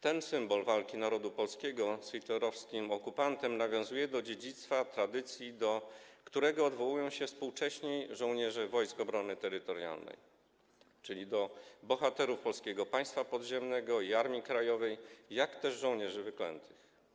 Ten symbol walki narodu polskiego z hitlerowskim okupantem nawiązuje do tradycji, do dziedzictwa, do którego odwołują się współcześni żołnierze Wojsk Obrony Terytorialnej, czyli do bohaterów Polskiego Państwa Podziemnego i Armii Krajowej, jak też żołnierzy wyklętych.